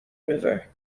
river